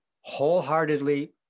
wholeheartedly